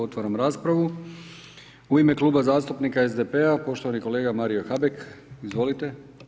Otvaram raspravu, u ime Kluba zastupnika SDP-a, poštovani kolega Mario Habek, izvolite.